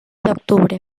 d’octubre